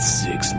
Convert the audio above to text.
six